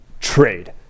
trade